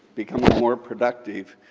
becoming more productive,